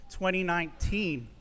2019